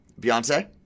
Beyonce